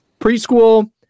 preschool